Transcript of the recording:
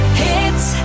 hits